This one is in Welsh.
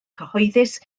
cyhoeddus